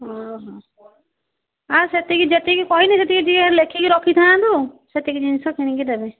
ଓହୋ ଆଉ ସେତିକି ଯେତିକି କହିଲି ସେତିକି ଟିକେ ଲେଖିକି ରଖିଥାନ୍ତୁ ସେତିକି ଜିନିଷ କିଣିକି ଦେବେ